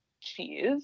cheese